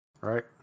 Right